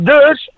Dus